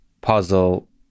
puzzle